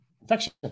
infection